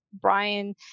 Brian